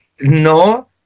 No